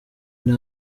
nta